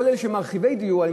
כל אלה שהם מרחיבי דיור, תודה.